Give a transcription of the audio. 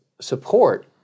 support